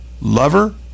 lover